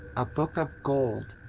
a book of gold.